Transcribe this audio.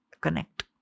connect